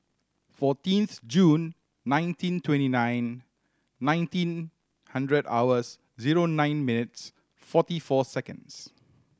fourteenth Jun nineteen twenty nine nineteen hundred hours zero nine mates forty four seconds